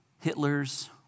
Hitler's